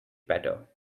better